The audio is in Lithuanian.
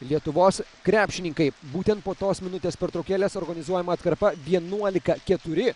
lietuvos krepšininkai būtent po tos minutės pertraukėlės organizuojama atkarpa vienuolika keturi